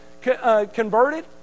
converted